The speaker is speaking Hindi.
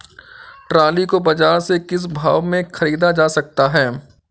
ट्रॉली को बाजार से किस भाव में ख़रीदा जा सकता है?